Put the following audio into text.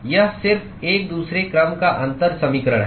यह सिर्फ एक दूसरे क्रम का अंतर समीकरण है